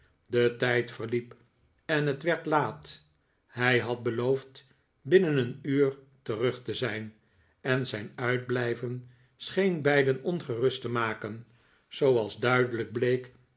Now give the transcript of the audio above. de tijd verliep en het werd laat hij had beloofd binnen een uur terug te zijn en zijn uitblijven scheen beiden ongerust te maken zooals duidelijk bleek